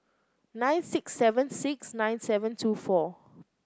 nine six seven six nine seven two four